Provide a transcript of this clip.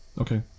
okay